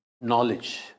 knowledge